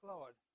Lord